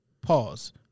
Pause